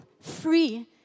free